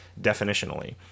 definitionally